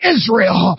Israel